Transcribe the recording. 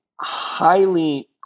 highly